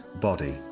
body